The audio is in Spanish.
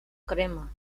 crema